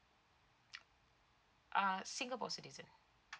ah singapore citizen